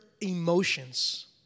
emotions